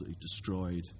destroyed